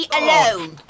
alone